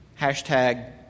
Hashtag